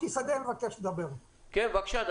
שלום.